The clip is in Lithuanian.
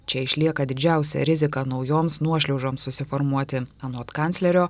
čia išlieka didžiausia rizika naujoms nuošliaužoms susiformuoti anot kanclerio